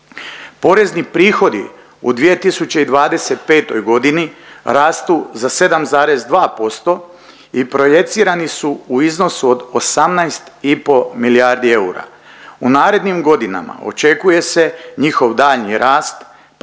Porezni prihodi u 2025. godini rastu za 7,2% i projicirani su u iznosu od 18 i pol milijardi eura. U narednim godinama očekuje se njihov daljnji rast,